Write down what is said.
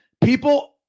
people